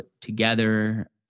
together